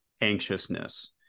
anxiousness